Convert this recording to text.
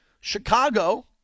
Chicago